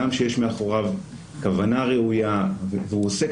גם כשיש מאחוריו כוונה ראויה והוא עוסק